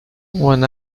when